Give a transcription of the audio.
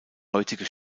heutige